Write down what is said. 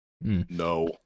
No